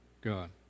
God